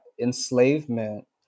enslavement